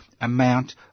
amount